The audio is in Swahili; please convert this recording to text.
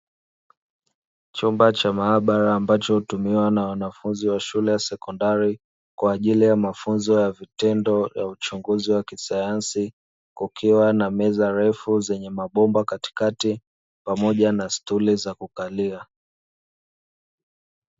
Chumba cha maabala ambacho hutumiwa na wanafunzi wa shule ya sekondari kwa ajili ya mafunzo ya vitendo vya uchunguzi wa kisayansi kukiwa na meza ndefu zenye mabomba katikati pamoja na stuli za kukalia.